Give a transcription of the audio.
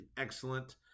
excellent